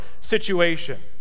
situation